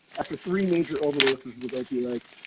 after three major overdoses with opioids,